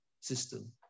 system